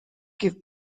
give